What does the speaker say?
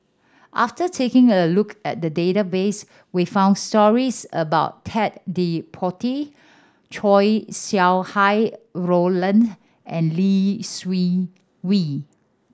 after taking a look at the database we found stories about Ted De Ponti Chow Sau Hai Roland and Lee Seng Wee